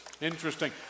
interesting